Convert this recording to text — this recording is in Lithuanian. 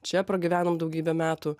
čia pragyvenom daugybę metų